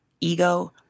Ego